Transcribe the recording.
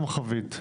המרחבית.